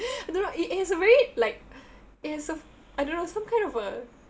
I don't know it it has a very like it has a I don't know some kind of a